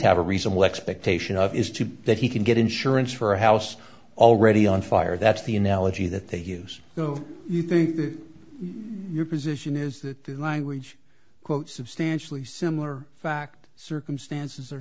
have a reasonable expectation of is to that he can get insurance for a house already on fire that's the analogy that they use go you think your position is that the language quote substantially similar fact circumstances